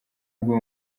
bwo